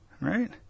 right